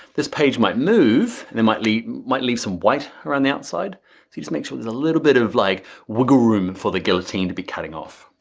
this page might move and it might leave might leave some white around the outside. you to make sure there's a little bit of like wiggle room for the guillotine to be cutting off.